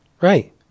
right